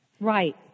Right